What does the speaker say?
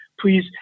please